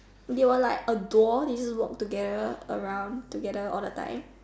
they were like a door they'll walk together around together all the time